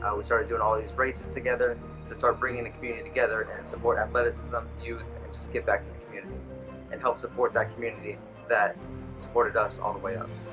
we started doing all these races together to start bringing the community together and support athleticism, youth and just give back to the community and help support that community that supported us all the way up.